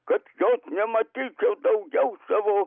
kad jo nematyčiau daugiau savo